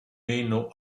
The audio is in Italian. meno